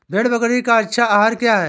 भेड़ बकरी का अच्छा आहार क्या है?